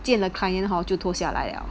见了 client hor 就下了